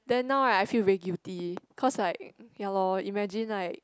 then now right I feel very guilty cause like ya lor imagine like